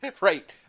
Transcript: Right